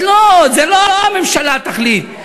לא, לא הממשלה תחליט.